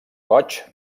goigs